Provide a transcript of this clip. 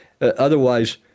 Otherwise